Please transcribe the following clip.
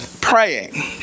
praying